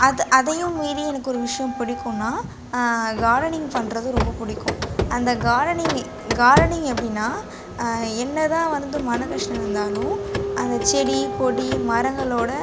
அது அதையும் மீறி எனக்கு ஒரு விஷ்யம் பிடிக்கினா கார்டனிங் பண்றது ரொம்ப பிடிக்கும் அந்த கார்டனிங் கார்டனிங் எப்படினா என்னதான் வந்து மன கஷ்டம் இருந்தாலும் அந்த செடி கொடி மரங்களோடு